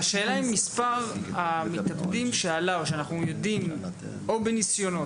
השאלה אם מספר המתאבדים שאנחנו יודעים או בניסיונות,